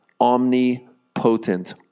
omnipotent